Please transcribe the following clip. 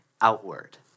outward